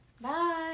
Bye